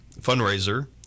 fundraiser